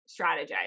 strategize